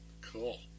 Cool